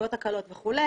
הרכבות הקלות וכו',